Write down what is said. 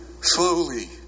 Slowly